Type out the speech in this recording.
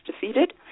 defeated